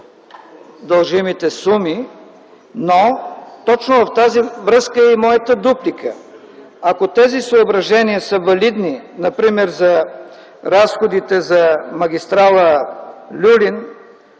дължимите суми. Точно в тази връзка е и моята дуплика. Ако тези съображения са валидни например за разходите за автомагистрала „Люлин”,